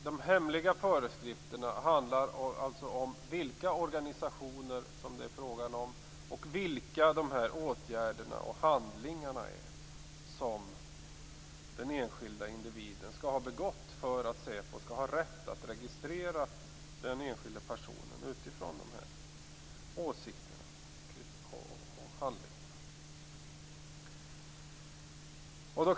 De hemliga föreskrifterna handlar alltså om vilka organisationer det är fråga om samt vilka åtgärder och handlingar den enskilde individen skall ha begått för att säpo skall ha rätt att utifrån dessa registrera honom eller henne.